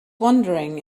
wondering